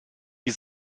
die